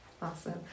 Awesome